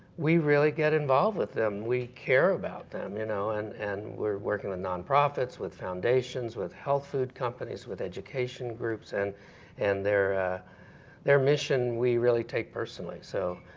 we really get involved with them, we care about them. you know and and we're working with non-profits, with foundations, with health food companies, with education groups, and and their their mission, we really take personally. so